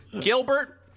Gilbert